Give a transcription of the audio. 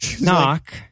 knock